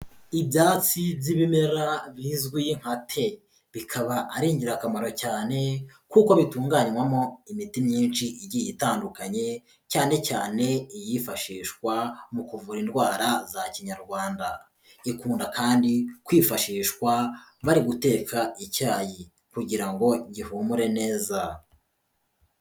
Ibyatsi by'ibimera bizwi nka te. Bikaba ari ingirakamaro cyane, kuko bitunganywamo imiti myinshi igiye itandukanye, cyane cyane iyifashishwa mu kuvura indwara za kinyarwanda. Ikunda kandi kwifashishwa bari guteka icyayi. Kugira ngo gihumure neza.